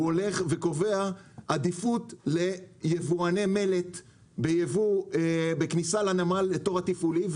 הוא קובע עדיפות ליבואני מלט בייבוא בכניסה לנמל לתור התפעולי.